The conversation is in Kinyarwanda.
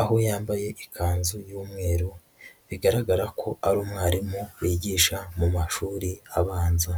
aho yambaye ikanzu y'umweru bigaragara ko ari umwarimu wigisha mu mashuri abanza.